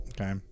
Okay